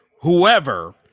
whoever